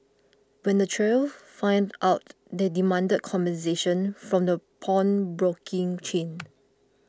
when the trio found out they demanded compensation from the pawnbroking chain